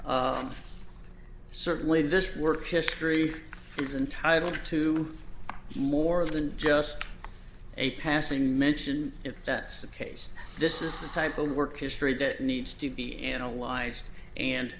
and certainly this work history is entitle to more than just a passing mention if that's the case this is the type of work history that needs to be analyzed and